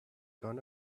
gone